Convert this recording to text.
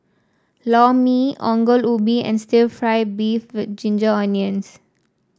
Lor Mee Ongol Ubi and stir fry beef with Ginger Onions